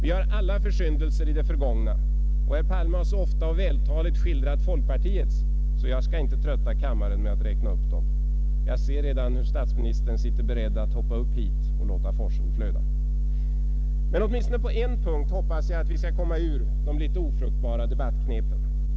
Vi har alla försyndelser i det förgångna, och herr Palme har så ofta och vältaligt skildrat folkpartiets att jag inte skall trötta kammaren med att räkna upp dem — jag ser hur statsministern redan sitter beredd att hoppa upp hit till talarstolen och låta forsen flöda. Men åtminstone på en punkt hoppas jag att vi skall komma ur de litet ofruktbara debattknepen.